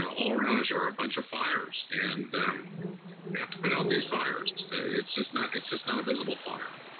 all around us are a bunch of fires and we have to put out these fires. it's just not, it's just not a visible fire.